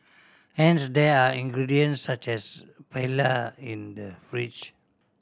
hence there are ingredients such as paella in the fridge